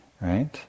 right